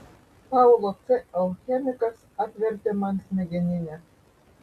paulo c alchemikas apvertė man smegeninę